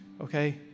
okay